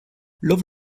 love